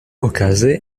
okaze